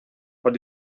but